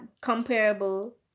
comparable